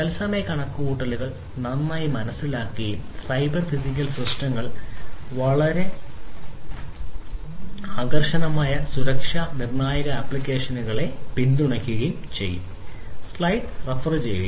തത്സമയ കണക്കുകൂട്ടൽ നന്നായി മനസ്സിലാക്കുകയും സൈബർ ഫിസിക്കൽ സിസ്റ്റങ്ങളിൽ വളരെ ആകർഷണീയമായ സുരക്ഷാ നിർണായക ആപ്ലിക്കേഷനുകളെ പിന്തുണയ്ക്കുകയും ചെയ്യുന്നു